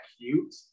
cute